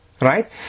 right